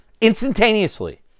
Instantaneously